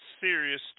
serious